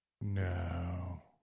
No